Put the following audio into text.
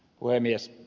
puhemies